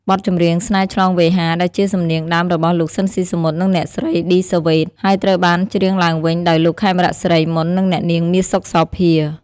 បទចម្រៀង ស្នេហ៍ឆ្លងវេហា ដែលជាសំនៀងដើមរបស់លោក ស៊ីន ស៊ីសាមុត និងអ្នកស្រី ឌី សាវ៉េត ហើយត្រូវបានច្រៀងឡើងវិញដោយលោក ខេមរៈ សិរីមន្ត និងអ្នកនាង មាស សុខសោភា។